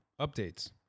updates